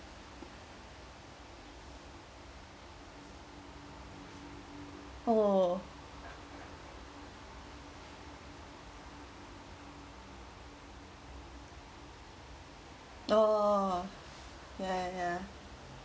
oo oo ya ya ya